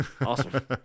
Awesome